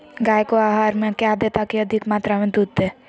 गाय को आहार में क्या दे ताकि अधिक मात्रा मे दूध दे?